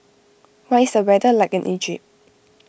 what is the weather like in Egypt